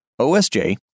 OSJ